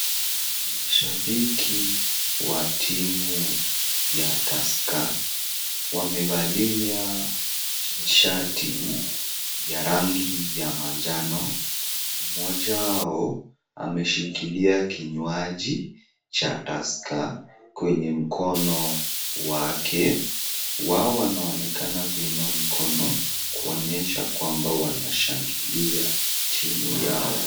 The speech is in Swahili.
Mashabiki wa timu ya Tusker wamevalia shati ya rangi ya manjano, mmoja wao ameshikilia kinywaji cha Tusker kwenye mkono wake wao wanaonekana kuinua mikono kuonyesha kwamba wanashangilia timu yao.